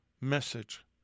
message